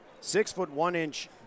Six-foot-one-inch